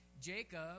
Jacob